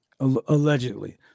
Allegedly